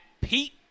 Pete